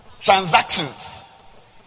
Transactions